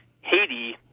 Haiti